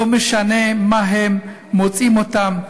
לא משנה מה הם, מוצאים אותם,